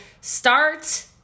start